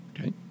Okay